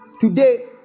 today